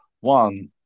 one